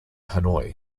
hanoi